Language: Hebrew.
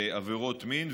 בעבירות מין,